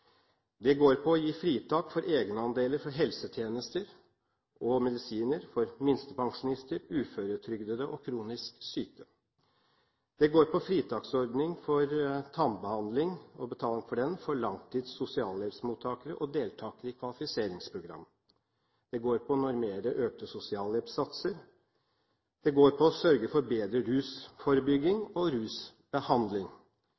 Det går på å gi fritak for egenandeler for helsetjenester og medisiner for minstepensjonister, uføretrygdede og kronisk syke. Det går på fritaksordning for betaling for tannbehandling for langtidssosialmottakere og deltakere i kvalifiseringsprogrammer. Det går på å normere økte sosialhjelpssatser, og det går på å sørge for bedre